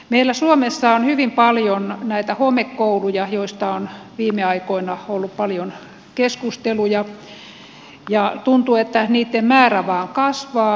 meillä suomessa on hyvin paljon näitä homekouluja joista on viime aikoina ollut paljon keskusteluja ja tuntuu että niitten määrä vain kasvaa